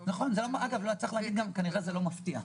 זה מבדיל את זה משכר ממוצע לעובד,